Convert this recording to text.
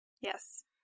Yes